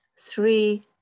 three